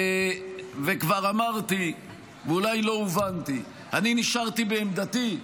וכבר אמרתי ואולי לא הובנתי: אני נשארתי בעמדתי,